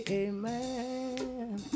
amen